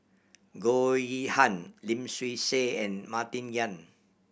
Goh Yihan Lim Swee Say and Martin Yan